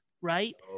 right